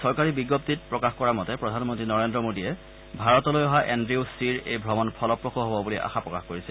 চৰকাৰী বিজ্ঞপ্তিত প্ৰকাশ কৰা মতে প্ৰধানমন্ত্ৰী নৰেন্দ্ৰ মোদীয়ে ভাৰতলৈ অহা এণ্ড্ৰিউ থিৰ এই ভ্ৰমণ ফলপ্ৰসূ হ'ব বুলি আশা প্ৰকাশ কৰিছে